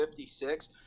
56